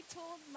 told